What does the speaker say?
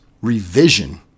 revision